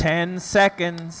ten second